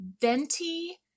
venti